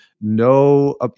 no